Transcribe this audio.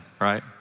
right